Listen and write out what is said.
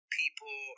people